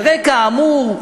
"על רקע האמור"